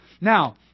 Now